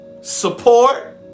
Support